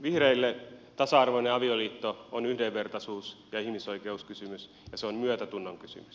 vihreille tasa arvoinen avioliitto on yhdenvertaisuus ja ihmisoikeuskysymys ja se on myötätunnon kysymys